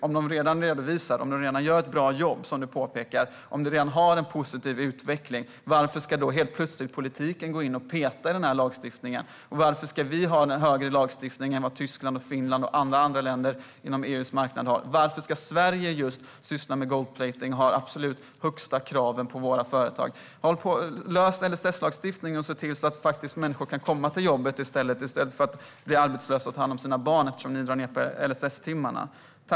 Om företagen redan redovisar och gör ett bra jobb, som du påpekar, och vi redan har en positiv utveckling, varför ska då helt plötsligt politiken gå in och peta i lagstiftningen? Varför ska vi ha högre krav i vår lagstiftning än Tyskland, Finland och alla andra länder inom EU:s marknad har? Varför ska just Sverige syssla med gold-plating och ha de absolut högsta kraven på våra företag? Lös LSS-lagstiftningen och se till att människor kan komma till jobbet i stället för att bli arbetslösa och ta hand om sina barn eftersom ni drar ned på LSS-timmarna.